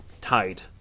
tied